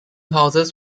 houses